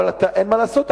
אבל אין מה לעשות,